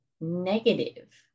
negative